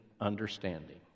understanding